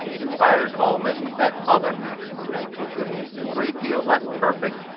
inspires all men with that other maxim of natural goodness a great deal less perfect,